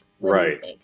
Right